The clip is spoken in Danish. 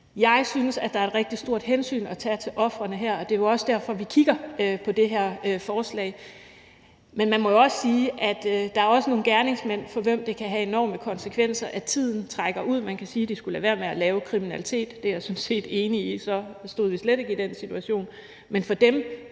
Jeg synes, der er et rigtig stort hensyn at tage til ofrene her, og det er jo også derfor, at vi kigger på det her forslag. Men man må også sige, at der er nogle gerningsmænd, for hvem det kan have enorme konsekvenser, at tiden trækker ud. Man kan sige: De skulle lade være med at begå kriminalitet – det er jeg sådan set enig i, for så stod vi slet ikke i den her situation,